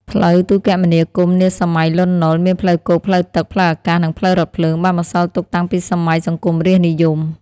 ផ្លូវទូរគមនាគមន៍នាសម័យ លន់ នុល មានផ្លូវគោកផ្លូវទឹក ផ្លូវអាកាស និងផ្លូវរថភ្លើងបានបន្សល់ទុកតាំងពីសម័យ សង្គមរាស្ត្រនិយម។